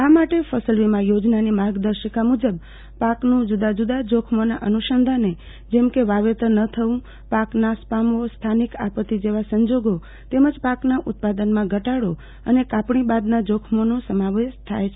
આ માટે ફસલ વીમા યોજનાની માર્ગદર્શીકા મુજબ પાકનું જુદા જુદા જોખમોના અનુસંધાને જેમ કે વાવેતર ન થવું પાક નાશ પામનો સ્થાનિક આપત્તી જેવા સંજોગો તેજમ પાકના ઉત્પાદનમાં ઘટાડો તેમજ કાપણી બાદના જોખમોનો સમાવેશ થાય છે